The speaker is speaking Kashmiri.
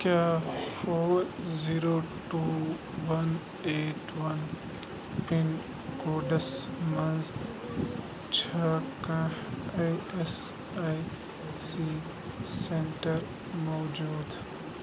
کیٛاہ ژور zero two one eight one pin codes مَنٛز چھا کانٛہہ E S I C centre موجوٗد